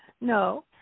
No